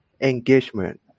engagement